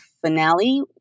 finale